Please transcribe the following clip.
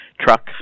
truck